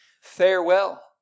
farewell